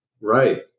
Right